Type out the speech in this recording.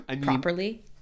properly